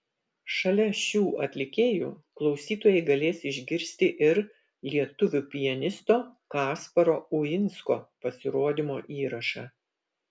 šalia šių atlikėjų klausytojai galės išgirsti ir lietuvių pianisto kasparo uinsko pasirodymo įrašą